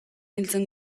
hiltzen